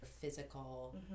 physical